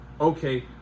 okay